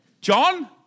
John